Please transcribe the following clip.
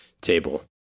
table